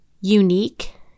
unique